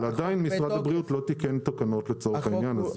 אבל עדיין משרד הבריאות לא תיקן תקנות לצורך העניין הזה.